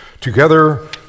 Together